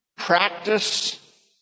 Practice